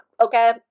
okay